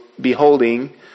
beholding